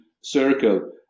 circle